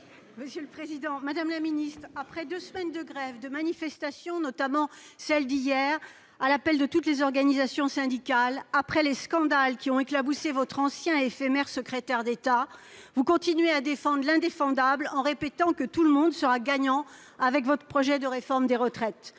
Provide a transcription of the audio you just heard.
citoyen et écologiste. Madame la ministre, après deux semaines de grèves et de manifestations, notamment celle d'hier, à l'appel de toutes les organisations syndicales, après les scandales qui ont éclaboussé votre ancien et éphémère secrétaire d'État, vous continuez à défendre l'indéfendable, en répétant que tout le monde sera gagnant avec votre projet de réforme des retraites.